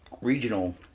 regional